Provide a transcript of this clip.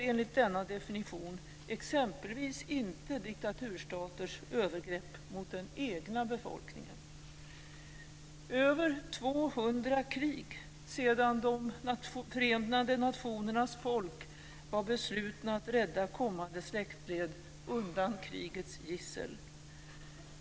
Enligt denna definition ingår exempelvis inte diktaturstaters övergrepp mot den egna befolkningen. Det har varit över 200 krig sedan de förenade nationernas folk var beslutna att rädda kommande släktled undan krigets gissel.